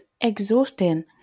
exhausting